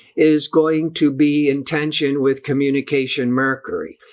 is going to be intention with communication mercury,